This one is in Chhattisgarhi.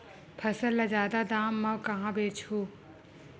फसल ल जादा दाम म कहां बेचहु?